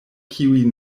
kiuj